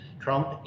Trump